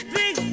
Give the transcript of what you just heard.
big